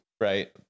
right